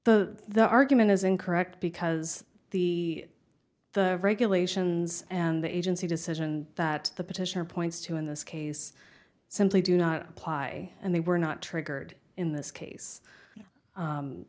the the argument is incorrect because the the regulations and the agency decision that the petitioner points to in this case simply do not apply and they were not triggered in this case